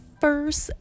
first